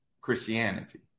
Christianity